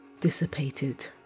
dissipated